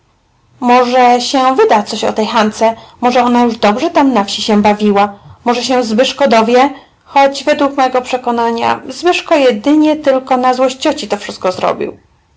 wyda coś o tej hance może ona już dobrze tam na wsi się bawiła jeżeli się zbyszko dowie choć według mego przekonania zbyszko jedynie tylko na złość cioci to wszystko zrobił